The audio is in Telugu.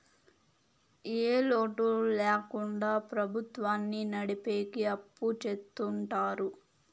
ఏ లోటు ల్యాకుండా ప్రభుత్వాన్ని నడిపెకి అప్పు చెత్తుంటారు